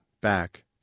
back